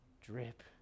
Drip